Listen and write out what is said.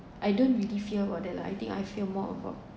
I don't really fear about that lah I think I fear more about